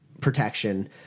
protection